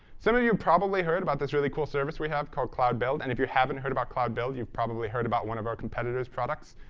some of you probably heard about this really cool service we have called cloud build. and if you haven't heard about cloud build, you've probably heard about one of our competitors' products.